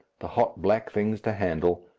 the hot black things to handle,